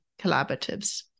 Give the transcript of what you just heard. collaboratives